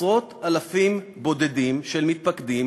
עשרות-אלפים בודדים של מתפקדים